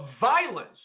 violence